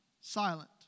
silent